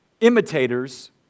imitators